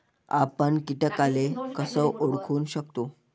आपन कीटकाले कस ओळखू शकतो?